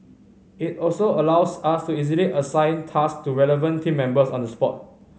it also allows us to easily assign task to relevant team members on the spot